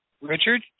Richard